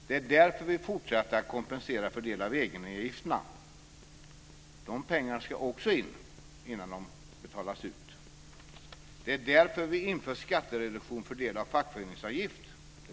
Det är därför vi fortsätter att kompensera för en del av egenavgifterna. Det är därför vi inför skattereduktion för del av fackföreningsavgift.